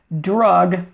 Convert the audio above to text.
drug